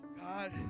God